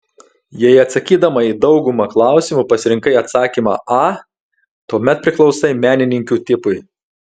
jei atsakydama į daugumą klausimų pasirinkai atsakymą a tuomet priklausai menininkių tipui